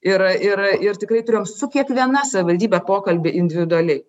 ir ir ir tikrai turėjom su kiekviena savivaldybe pokalbį individualiai